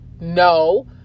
No